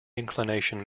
inclination